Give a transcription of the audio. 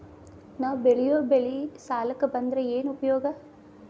ನಾವ್ ಬೆಳೆಯೊ ಬೆಳಿ ಸಾಲಕ ಬಂದ್ರ ಏನ್ ಉಪಯೋಗ?